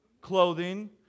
Clothing